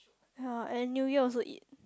ye and New Year also eat